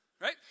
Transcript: Right